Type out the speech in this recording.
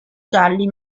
gialli